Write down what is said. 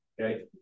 okay